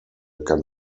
kann